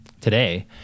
today